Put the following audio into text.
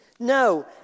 No